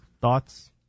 thoughts